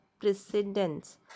precedence